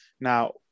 now